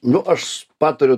nu aš patariu